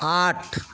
আট